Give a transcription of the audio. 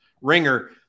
ringer